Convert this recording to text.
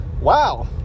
wow